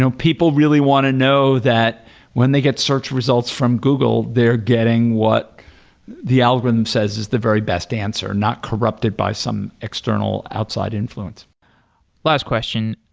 people really want to know that when they get search results from google, they're getting what the algorithm says is the very best answer, not corrupted by some external outside influence last question,